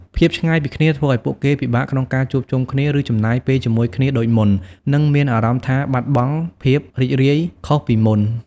ភាពឆ្ងាយពីគ្នាធ្វើឱ្យពួកគេពិបាកក្នុងការជួបជុំគ្នា ឬចំណាយពេលជាមួយគ្នាដូចមុន នឹងមានអារម្មណ៍ថាបាត់បង់ភាពរីករាយខុសពីមុន ។